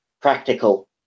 practical